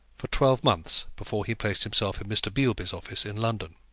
for twelve months before he placed himself in mr. beilby's office in london.